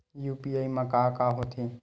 UPI मा का होथे?